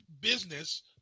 business